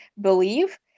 believe